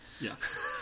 Yes